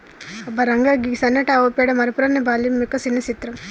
అబ్బ రంగా, గీ సన్నటి ఆవు పేడ మరపురాని బాల్యం యొక్క సిన్న చిత్రం